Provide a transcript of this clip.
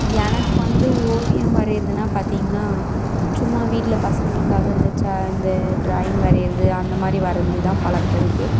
எனக்கு வந்து ஓவியம் வரையிறதுனால் பார்த்திங்ன்னா சும்மா வீட்டில் பசங்களுக்காக இந்த ச இந்த ட்ராயிங் வரைகிறது அந்த மாதிரி வரைஞ்சிதான் பழக்கம் இருக்குது